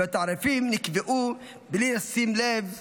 והתעריפים נקבעו בלי לשים לב אליה.